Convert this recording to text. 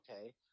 okay